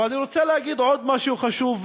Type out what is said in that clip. אבל אני רוצה להגיד עוד משהו חשוב,